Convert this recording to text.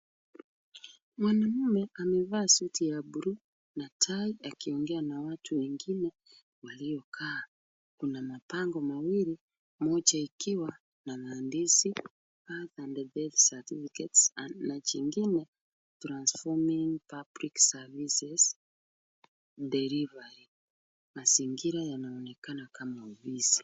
Mwanaume amevaa suti ya bulu na tie akiongea na watu wengine waliokaa kuna mabango mawili moja ikiwa na mandishi birth and death certificate na jingine transforming public services delivery mazingira inaonekana kama afisi.